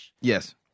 Yes